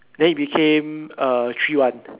then it became uh three one